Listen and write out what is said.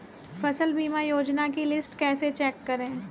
फसल बीमा योजना की लिस्ट कैसे चेक करें?